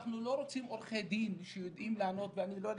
אנחנו לא רוצים עורכי דין שיודעים לענות ואני לא יודע